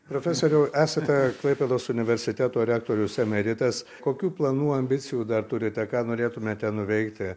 profesoriau esate klaipėdos universiteto rektorius emeritas kokių planų ambicijų dar turite ką norėtumėte nuveikti